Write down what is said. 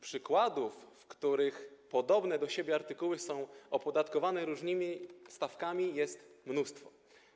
Przykładów tego, że podobne do siebie artykuły są opodatkowane różnymi stawkami, jest mnóstwo.